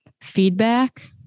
feedback